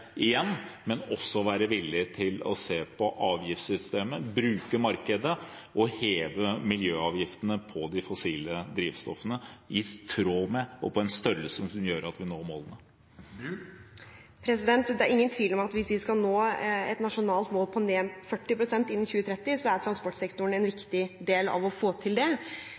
på avgiftssystemet, bruke markedet og heve miljøavgiftene på de fossile drivstoffene til en størrelse som gjør at vi når målene? Det er ingen tvil om at hvis vi skal nå et nasjonalt mål, ned 40 pst. innen 2030, er transportsektoren en viktig del av å få til det.